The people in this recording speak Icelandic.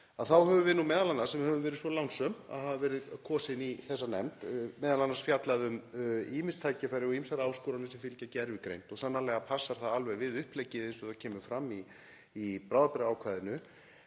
Þá höfum við sem höfum verið svo lánsöm að hafa verið kosin í þessa nefnd m.a. fjallað um ýmis tækifæri og ýmsar áskoranir sem fylgja gervigreind og sannarlega passar það alveg við uppleggið eins og það kemur fram í bráðabirgðaákvæðinu.